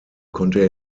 konnte